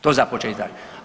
To za početak.